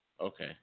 Okay